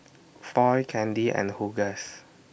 Foy Candi and Hughes